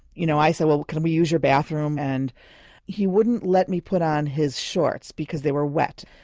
you know, i said, well can we use your bathroom? and he wouldn't let me put on his shorts because they were wet,